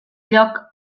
lloc